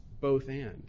both-and